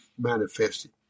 manifested